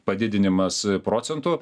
padidinimas procentu